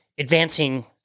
advancing